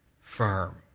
firm